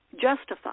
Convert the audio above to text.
justify